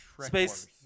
Space